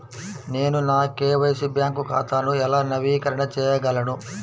నేను నా KYC bank ఖాతాను ఎలా నవీకరణ చేయగలను?